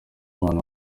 mubano